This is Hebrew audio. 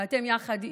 ואתם יחד איתי,